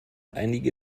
einige